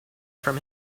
from